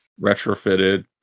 Retrofitted